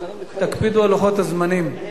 תקפידו על לוחות הזמנים.